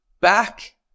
back